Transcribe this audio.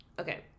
Okay